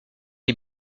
est